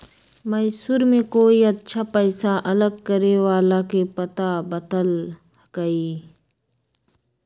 मैसूर में कोई अच्छा पैसा अलग करे वाला के पता बतल कई